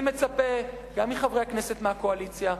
אני מצפה גם מחברי הכנסת מהקואליציה,